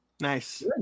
Nice